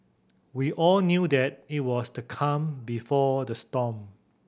we all knew that it was the calm before the storm